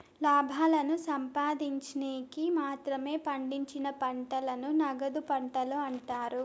లాభాలను సంపాదిన్చేకి మాత్రమే పండించిన పంటలను నగదు పంటలు అంటారు